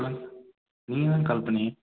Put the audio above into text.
சொல்லுங்கள் நீங்கள் தானே கால் பண்ணீங்க